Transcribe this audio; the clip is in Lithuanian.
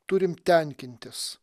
turim tenkintis